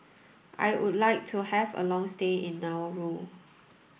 I would like to have a long stay in Nauru